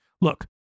Look